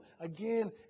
again